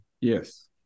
Yes